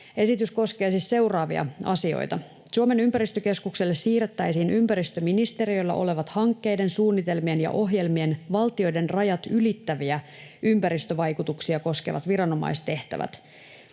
Esitys koskee siis seuraavia asioita: Suomen ympäristökeskukselle siirrettäisiin ympäristöministeriöllä olevat hankkeiden, suunnitelmien ja ohjelmien valtioiden rajat ylittäviä ympäristövaikutuksia koskevat viranomaistehtävät.